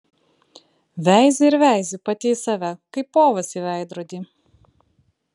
veizi ir veizi pati į save kaip povas į veidrodį